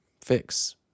fix